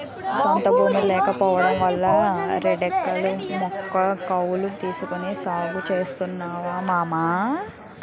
సొంత భూమి లేకపోవడం వలన రెండెకరాల ముక్క కౌలకు తీసుకొని సాగు చేస్తున్నా మావా